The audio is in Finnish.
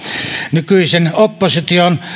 nykyisen opposition